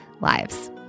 lives